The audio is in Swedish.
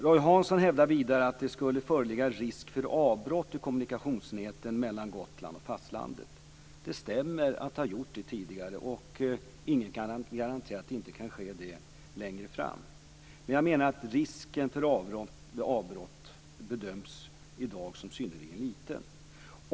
Roy Hansson hävdar vidare att det skulle föreligga risk för avbrott i kommunikationsnäten mellan Gotland och fastlandet. Det stämmer att det gjort det tidigare. Ingen kan garantera att det inte kan ske längre fram. Risken för avbrott bedöms i dag som synnerligen liten.